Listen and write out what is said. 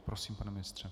Prosím, pane ministře.